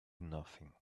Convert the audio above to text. nothing